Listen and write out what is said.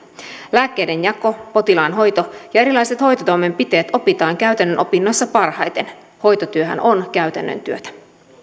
lääkkeiden jako potilaan hoito ja erilaiset hoitotoimenpiteet opitaan käytännön opinnoissa parhaiten hoitotyöhän on käytännön työtä